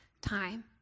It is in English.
time